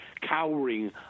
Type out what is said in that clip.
cowering